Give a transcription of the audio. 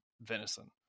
venison